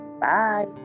Bye